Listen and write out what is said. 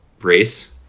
race